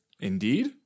Indeed